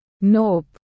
Nope